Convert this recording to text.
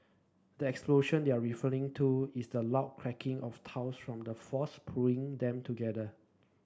the explosion they're referring to is the loud cracking of tiles from the force pulling them together